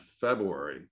February